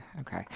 Okay